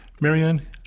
Marianne